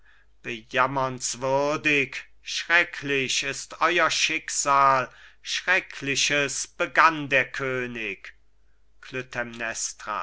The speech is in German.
bejammernswürdig schrecklich ist euer schicksal schreckliches begann der könig